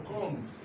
comes